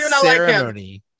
ceremony